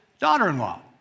daughter-in-law